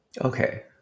Okay